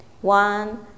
One